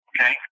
Okay